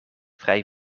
vrij